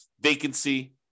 vacancy